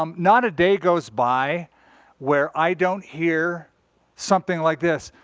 um not a day goes by where i don't hear something like this.